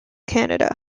canada